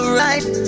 right